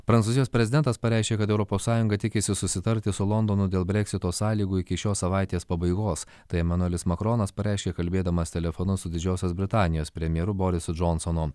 prancūzijos prezidentas pareiškė kad europos sąjunga tikisi susitarti su londonu dėl breksito sąlygų iki šios savaitės pabaigos tai emanuelis makronas pareiškė kalbėdamas telefonu su didžiosios britanijos premjeru borisu džonsonu